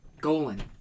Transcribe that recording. Golan